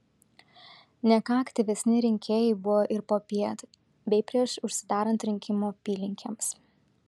ne ką aktyvesni rinkėjai buvo ir popiet bei prieš užsidarant rinkimų apylinkėms